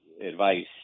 advice